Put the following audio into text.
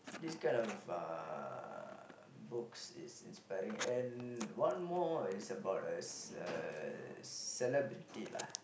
this kind of uh books is inspiring and one more is about uh s~ uh celebrity lah